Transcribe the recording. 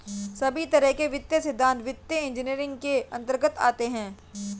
सभी तरह के वित्तीय सिद्धान्त वित्तीय इन्जीनियरिंग के अन्तर्गत आते हैं